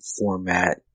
format